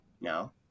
no